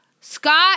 Scott